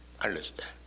understand